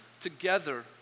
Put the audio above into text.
together